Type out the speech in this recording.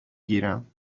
گیرم